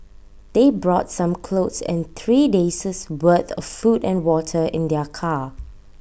they brought some clothes and three day says worth of food and water in their car